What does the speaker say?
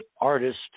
artist